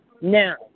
Now